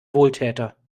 wohltäter